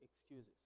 excuses